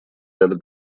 ряда